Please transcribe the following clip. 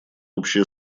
общее